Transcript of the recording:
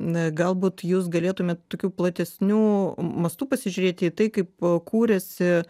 na galbūt jūs galėtumėt tokiu platesniu mastu pasižiūrėti į tai kaip kūrėsi